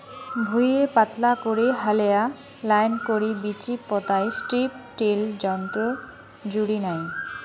ভুঁইয়ে পাতলা করি হালেয়া লাইন করি বীচি পোতাই স্ট্রিপ টিল যন্ত্রর জুড়ি নাই